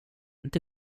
inte